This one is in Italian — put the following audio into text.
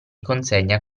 consegna